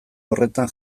horretan